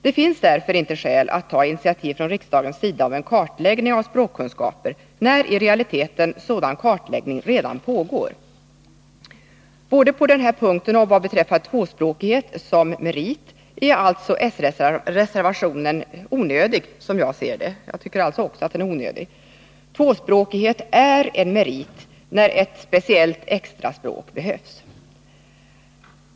Det finns därför inte skäl att ta initiativ från riksdagens sida till en kartläggning av språkkunskaper, när i realiteten en sådan kartläggning redan pågår. Både på denna punkt och vad beträffar tvåspråkighet som merit är alltså s-reservationen onödig, som jag ser det. Tvåspråkighet är en merit, när ett speciellt extra språk behövs.